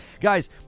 Guys